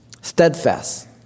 steadfast